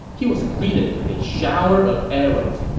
he was greeted with a shower of arrows,